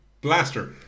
Blaster